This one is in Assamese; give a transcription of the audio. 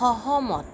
সহমত